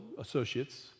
associates